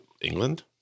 England